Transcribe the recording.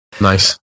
Nice